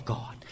God